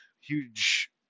huge